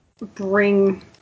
bring